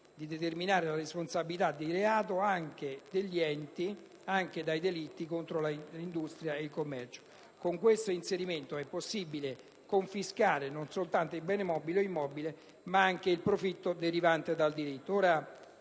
di determinare la responsabilità da reato degli enti anche i delitti contro l'industria e il commercio. Con questa modifica sarebbe possibile confiscare non soltanto il bene mobile e immobile, ma anche il profitto derivante dal diritto.